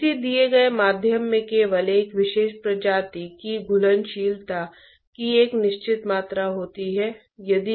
यह तीसरा विषय होगा जिस पर हम विचार करेंगे